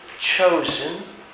chosen